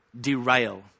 derail